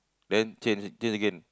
then change change again